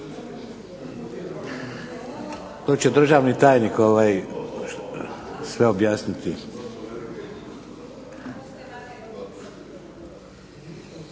To će državni tajnik sve objasniti.